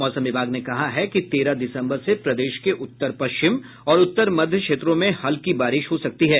मौसम विभाग ने कहा है कि तेरह दिसम्बर से प्रदेश के उत्तर पश्चिम और उत्तर मध्य क्षेत्रों में हल्की बारिश हो सकती है